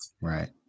right